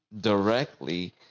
Directly